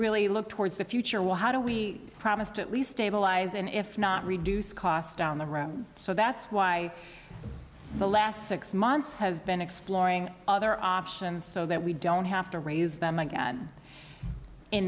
really look towards the future well how do we promised at least stabilize and if not reduce cost down the road so that's why the last six months has been exploring other options so that we don't have to raise them again in